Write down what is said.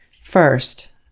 First